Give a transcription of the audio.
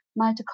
mitochondria